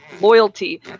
loyalty